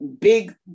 big